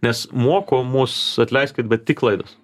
nes moko mus atleiskit bet tik klaidos